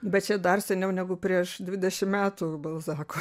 bet čia dar seniau negu prieš dvidešim metų balzako